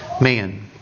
man